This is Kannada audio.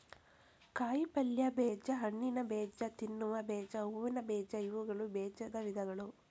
ಕಾಯಿಪಲ್ಯ ಬೇಜ, ಹಣ್ಣಿನಬೇಜ, ತಿನ್ನುವ ಬೇಜ, ಹೂವಿನ ಬೇಜ ಇವುಗಳು ಬೇಜದ ವಿಧಗಳು